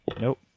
Nope